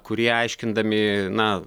kurie aiškindami na